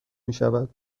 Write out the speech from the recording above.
میشود